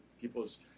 people's